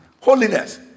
holiness